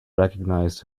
recognised